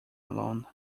alone